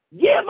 Give